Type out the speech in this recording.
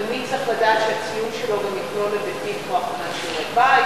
תלמיד צריך לדעת שהציון שלו יכלול גם היבטים כמו הכנת שיעורי-בית,